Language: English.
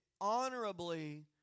honorably